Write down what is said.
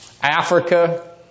Africa